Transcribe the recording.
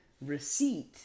receipt